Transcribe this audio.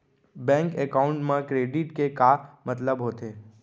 Bank account मा credit के का मतलब होथे?